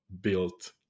built